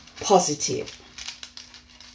positive